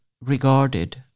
regarded